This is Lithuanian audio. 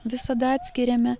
visada atskiriame